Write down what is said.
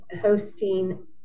hosting